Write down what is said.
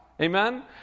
Amen